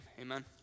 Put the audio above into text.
amen